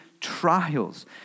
trials